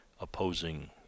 opposing